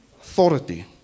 authority